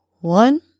one